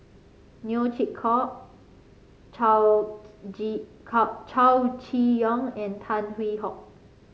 Neo Chwee Kok Chow Chow Chee Yong and Tan Hwee Hock